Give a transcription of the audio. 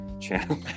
channel